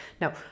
no